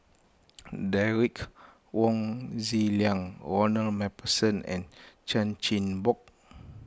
Derek Wong Zi Liang Ronald MacPherson and Chan Chin Bock